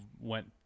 went